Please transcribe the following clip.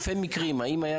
כידוע,